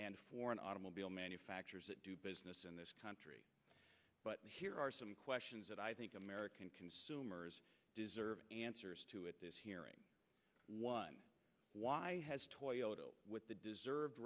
and foreign automobile manufacturers that do business in this country but here are some questions that i think american consumers deserve answers to at this hearing one why has toyotas with the deserved